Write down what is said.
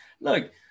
Look